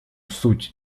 суть